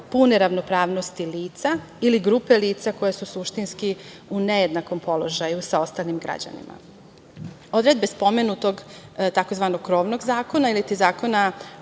pune ravnopravnosti lica ili grupe lica koje su suštinski u nejednakom položaju sa ostalim građanima. Odredbe spomenutog tzv. Krovnog zakon ili Zakona